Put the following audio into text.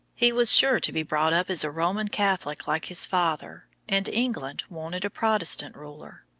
he was sure to be brought up as a roman catholic like his father, and england wanted a protestant ruler.